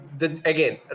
again